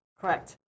correct